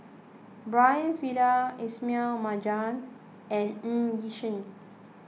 Brian Farrell Ismail Marjan and Ng Yi Sheng